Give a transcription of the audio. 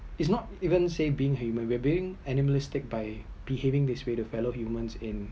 it’s not even say being human we’re being animalistic by behaving this way the fellow human in